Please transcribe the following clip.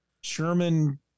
Sherman